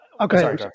Okay